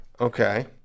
Okay